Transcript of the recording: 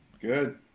Good